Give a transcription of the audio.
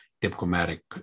diplomatic